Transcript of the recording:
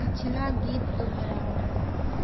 पिछला गीत दोहराओ